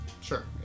Sure